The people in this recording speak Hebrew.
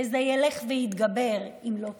וזה ילך ויתגבר אם לא תתעשתו.